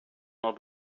not